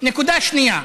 נקודה שנייה,